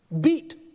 beat